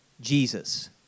Jesus